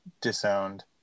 disowned